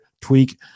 tweak